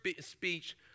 speech